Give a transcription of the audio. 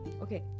okay